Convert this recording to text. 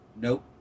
Nope